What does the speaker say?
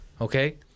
Okay